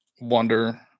wonder